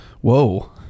whoa